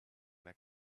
that